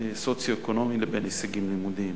בין מצב סוציו-אקונומי לבין הישגים לימודיים.